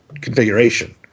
configuration